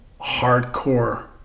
hardcore